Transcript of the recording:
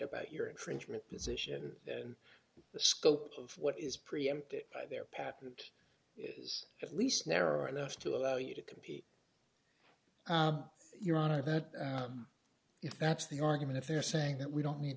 about your infringement position then the scope of what is preempted by their patent is at least narrow enough to allow you to compete your honor that if that's the argument if they're saying that we don't need